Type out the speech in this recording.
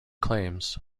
claims